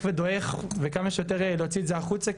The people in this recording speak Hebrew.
ודועך וכמה שיותר מהר להתחיל ולהוציא את זה החוצה.